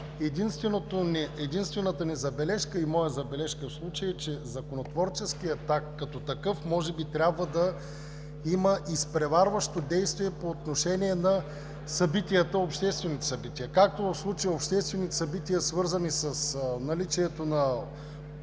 Единствената ни забележка, както и моя, в случая е, че законотворческият акт като такъв може би трябва да има изпреварващо действие по отношение на обществените събития. В случая обществените събития, свързани с наличието на